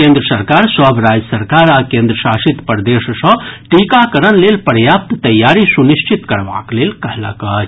केन्द्र सरकार सभ राज्य सरकार आ केन्द्र शासित प्रदेश सँ टीकाकरण लेल पर्याप्त तैयारी सुनिश्चित करबाक लेल कहलक अछि